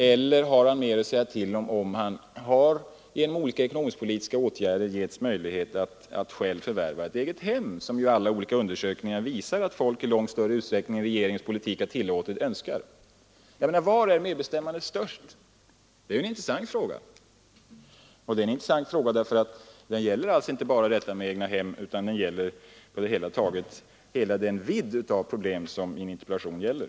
Eller har den mer att säga till om som genom olika ekonomiskt-politiska åtgärder givits möjligheter att själv förvärva ett egethem? Alla gjorda undersökningar visar ju att människor i långt större utsträckning än regeringens politik har tillåtit önskar bo i egethem. Var är medbestämmandet störst? Det är en intressant fråga. Och den är intressant därför att den gäller inte bara för bostadspolitiken utan för alla de problem som interpellationen upptar.